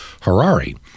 Harari